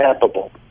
capable